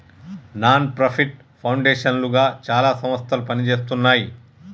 non profit foundation లుగా చాలా సంస్థలు పనిజేస్తున్నాయి